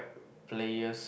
players